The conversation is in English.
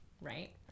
right